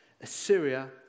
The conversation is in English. Assyria